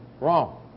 Wrong